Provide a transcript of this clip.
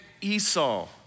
Esau